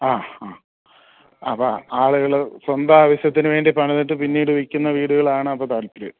ആ ആ അപ്പം ആളുകൾ സ്വന്തം ആവശ്യത്തിന് വേണ്ടി പണിതിട്ട് പിന്നീട് വിൽക്കുന്ന വീടുകളാണ് അപ്പം താൽപര്യം